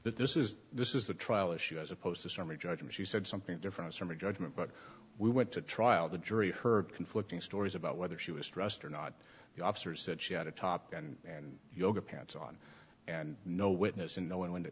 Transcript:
but this is this is the trial issue as opposed to summary judgment she said something different from her judgment but we went to trial the jury heard conflicting stories about whether she was stressed or not the officer said she had a top and and yoga pants on and no witness and no one when t